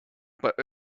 but